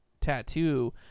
tattoo